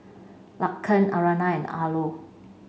Laken Aryanna Arlo